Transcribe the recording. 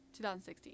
2016